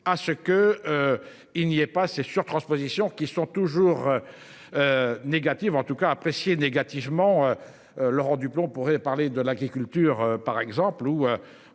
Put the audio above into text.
à ce que. Il n'y ait pas ces sur-transposition qui sont toujours. Négatives en tout cas appréciée négativement. Laurent Duplomb. On pourrait parler de l'agriculture par exemple